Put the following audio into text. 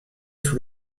sous